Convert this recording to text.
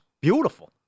beautiful